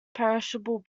perishable